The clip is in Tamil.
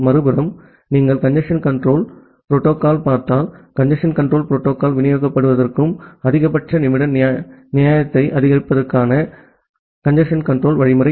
மறுபுறம் நீங்கள் கஞ்சேஸ்ன் கன்ட்ரோல் புரோட்டோகால் பார்த்தால் கஞ்சேஸ்ன் கன்ட்ரோல் புரோட்டோகால் விநியோகிக்கப்படுவதற்கும் அதிகபட்ச நிமிட நியாயத்தை ஆதரிப்பதற்கும் கஞ்சேஸ்ன் கன்ட்ரோல் வழிமுறை